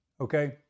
okay